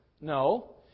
No